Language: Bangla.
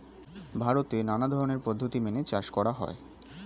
ভারতে নানা ধরনের পদ্ধতি মেনে চাষ করা হয়